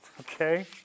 okay